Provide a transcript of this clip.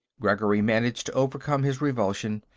gregory managed to overcome his revulsion.